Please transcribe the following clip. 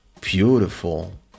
beautiful